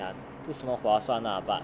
ya 不什么划算 lah but